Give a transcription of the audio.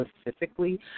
specifically